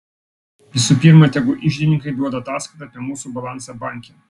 visų pirma tegu iždininkai duoda ataskaitą apie mūsų balansą banke